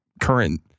current